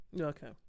Okay